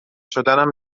شدنم